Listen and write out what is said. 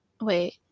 Wait